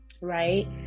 right